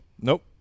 Nope